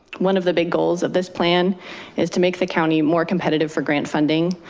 one of the big goals of this plan is to make the county more competitive for grant funding.